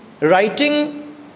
Writing